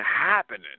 happening